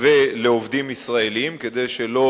ולעובדים ישראלים, כדי שלא